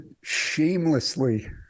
shamelessly